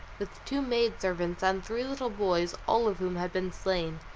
with two maid-servants and three little boys all of whom had been slain,